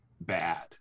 bad